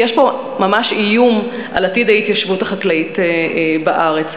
ויש פה ממש איום על עתיד ההתיישבות החקלאית בארץ.